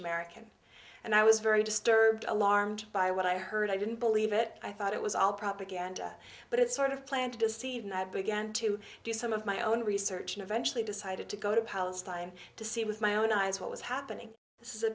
american and i was very disturbed alarmed by what i heard i didn't believe it i thought it was all propaganda but it sort of planned to deceive and i began to do some of my own research and eventually decided to go to palestine to see with my own eyes what was happening this is a